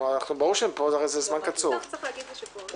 אני רואה שהתחילו לבקש ועדה רביעית,